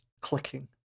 clicking